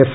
F